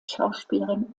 schauspielerin